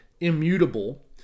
immutable